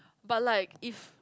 but like if